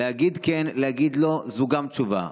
להגיד כן, להגיד לא, זו גם תשובה.